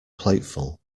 plateful